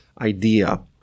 idea